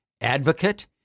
advocate